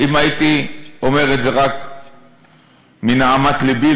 אם הייתי אומר את זה רק מנהמת לבי,